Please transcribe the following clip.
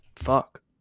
Fuck